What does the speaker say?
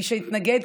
מי שהתנגד,